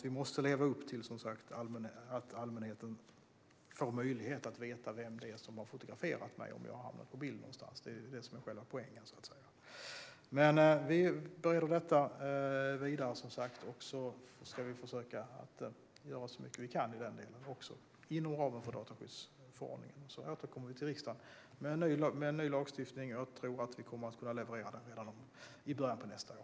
Vi måste leva upp till att allmänheten har en möjlighet att kunna få veta vem som har fotograferat om man hamnar på bild någonstans. Detta är själva poängen. Vi bereder detta vidare, och vi ska försöka göra så mycket vi kan i denna del och inom ramen för dataskyddsförordningen. Vi återkommer till riksdagen med en ny lagstiftning, och jag tror att vi kommer att kunna leverera den redan i början av nästa år.